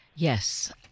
Yes